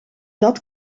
dat